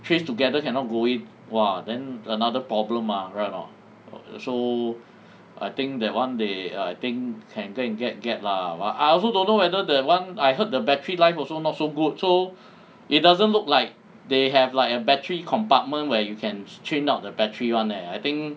trace together cannot go in !wah! then another problem mah right or not so I think that one day I think can go and get get lah but I also don't know whether that one I heard the battery life also not so good so it doesn't look like they have like a battery compartment where you can change out the battery [one] leh I think